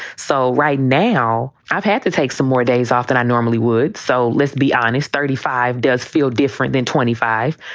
so right now, i've had to take some more days off than i normally would. so let's be honest. thirty five does feel different than twenty five.